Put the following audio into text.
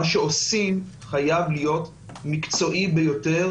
מה שעושים חייב להיות מקצועי ביותר,